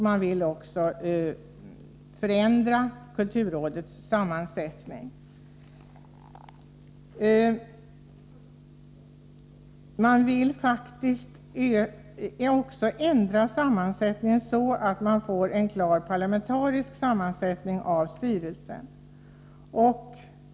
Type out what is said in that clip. Man vill också förändra kulturrådets sammansättning så, att man får en klar parlamentarisk sammansättning av styrelsen.